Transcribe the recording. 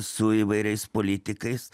su įvairiais politikais